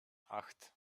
acht